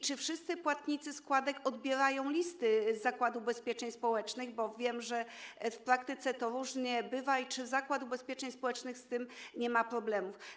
Czy wszyscy płatnicy składek odbierają listy z Zakładu Ubezpieczeń Społecznych - wiem, że w praktyce to różnie bywa - i czy Zakład Ubezpieczeń Społecznych nie ma z tym problemów?